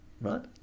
right